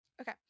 Okay